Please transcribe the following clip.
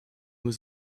was